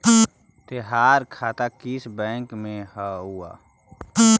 तोहार खाता किस बैंक में हवअ